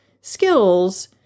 skills